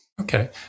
okay